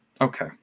Okay